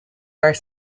are